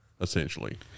Essentially